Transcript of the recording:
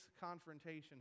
confrontation